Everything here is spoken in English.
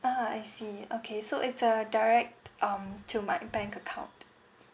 ah I see okay so it's a direct um to my bank account